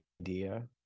idea